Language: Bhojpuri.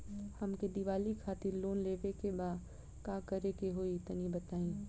हमके दीवाली खातिर लोन लेवे के बा का करे के होई तनि बताई?